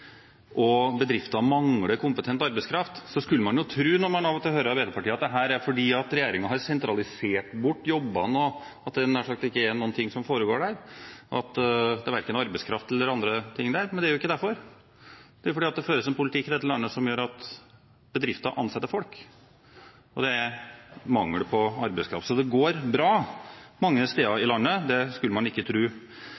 og at bedriftene mangler kompetent arbeidskraft. Av og til når man hører Arbeiderpartiet, skulle man tro at dette er fordi regjeringen har sentralisert bort jobbene, og at det nær sagt ikke er noen ting som foregår der – at det verken er arbeidskraft eller andre ting der. Men det er ikke derfor: Det er fordi det føres en politikk i dette landet som gjør at bedrifter ansetter folk, og det er mangel på arbeidskraft. Så det går bra mange steder i